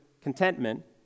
contentment